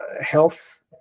health